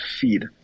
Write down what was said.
feed